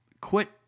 quit